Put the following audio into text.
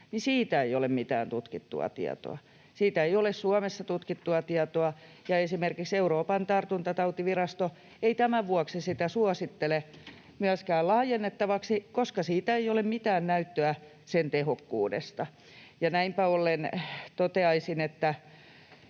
siitä ei ole mitään tutkittua tietoa. Siitä ei ole Suomessa tutkittua tietoa, ja esimerkiksi Euroopan tartuntatautivirasto ei tämän vuoksi sitä suosittele myöskään laajennettavaksi, koska sen tehokkuudesta ei ole mitään näyttöä. Näinpä ollen toteaisin, että